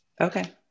Okay